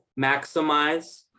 maximize